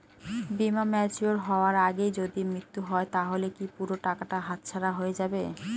বীমা ম্যাচিওর হয়ার আগেই যদি মৃত্যু হয় তাহলে কি পুরো টাকাটা হাতছাড়া হয়ে যাবে?